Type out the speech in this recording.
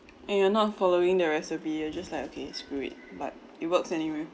and you're not following the recipe you just like okay screw it but it works anyway